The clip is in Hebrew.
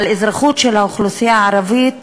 על אזרחות של האוכלוסייה הערבית